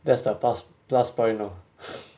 that's the plu~ plus point lor